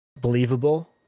believable